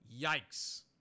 Yikes